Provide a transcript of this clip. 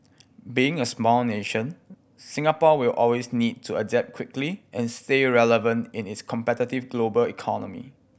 being a small nation Singapore will always need to adapt quickly and stay relevant in its competitive global economy